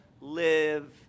live